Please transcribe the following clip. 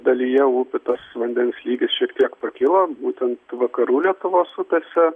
dalyje upių tas vandens lygis šiek tiek pakilo būtent vakarų lietuvos upėse